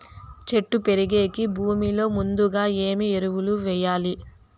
చెట్టు పెరిగేకి భూమిలో ముందుగా ఏమి ఎరువులు వేయాలి?